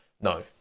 no